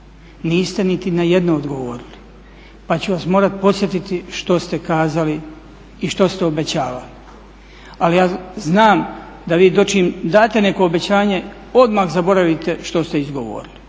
niste niti na jedno odgovorili, pa ću vas morati podsjetiti što ste kazali i što ste obećavali. Ali ja znam da vi dočim date neko obećanje odmah zaboravite što ste izgovorili,